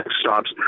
stops